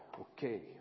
Okay